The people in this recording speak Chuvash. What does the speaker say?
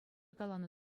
каланӑ